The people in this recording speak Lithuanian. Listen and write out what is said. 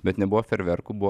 bet nebuvo fejerverkų buvo